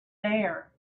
there